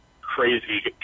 crazy